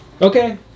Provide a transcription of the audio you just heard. Okay